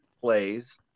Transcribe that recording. plays